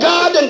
God